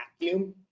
vacuum